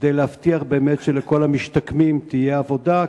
כדי להבטיח באמת שלכל המשתקמים תהיה עבודה.